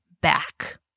back